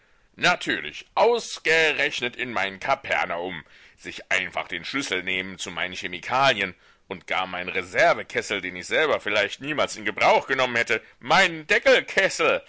natürlich ausgerechnet in mein kapernaum sich einfach den schlüssel nehmen zu meinen chemikalien und gar meinen reservekessel den ich selber vielleicht niemals in gebrauch genommen hätte meinen